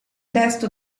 testo